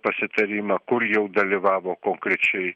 pasitarimą kur jau dalyvavo konkrečiai